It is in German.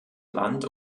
land